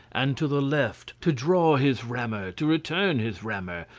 and to the left, to draw his rammer, to return his rammer,